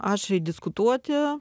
aštriai diskutuoti